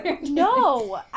No